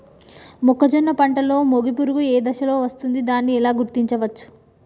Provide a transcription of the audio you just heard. మొక్కజొన్న పంటలో మొగి పురుగు ఏ దశలో వస్తుంది? దానిని ఎలా గుర్తించవచ్చు?